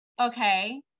okay